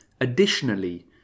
Additionally